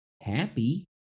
happy